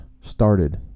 started